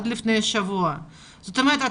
זאת אומרת,